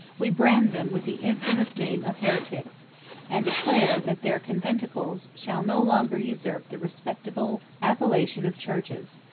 we brand them with the infamous name of heretics and declare that their conventicles shall no longer usurp the respectable appellation of churches.